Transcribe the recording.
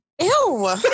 Ew